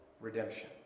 redemption